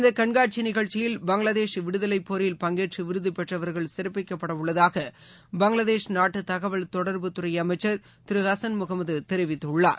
இந்த கண்காட்சி நிகழ்ச்சியில் பங்களாதேஷ் விடுதலைப் போரில் பங்கேற்று விருது பெற்றவர்கள் சிறப்பிக்கப்படவுள்ளதாக பங்களாதேஷ் நாட்டு தகவல் தொடர்புத்துறை அமைச்சர் திரு ஹசன் முகமது தெரிவித்துள்ளார்